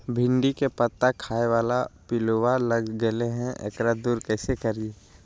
भिंडी के पत्ता खाए बाला पिलुवा लग गेलै हैं, एकरा दूर कैसे करियय?